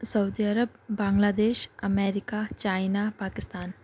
Saudi Arab Bangladesh America China Pakistan